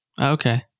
Okay